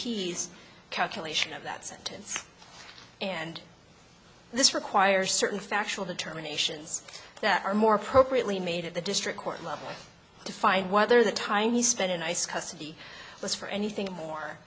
p's calculation of that sentence and this requires certain factual determinations that are more appropriately made at the district court level to find whether the time he spent in ice custody was for anything more